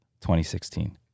2016